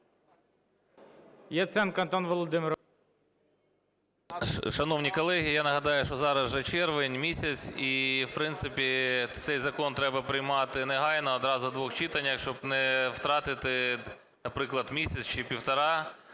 ЯЦЕНКО А.В. Шановні колеги, я нагадаю, що зараз вже червень місяць, і, в принципі, цей закон треба приймати негайно одразу в двох читаннях, щоб не втратити, наприклад, місяць чи півтора, а це